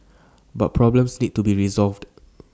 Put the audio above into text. but problems need to be resolved